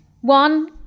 One